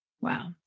Wow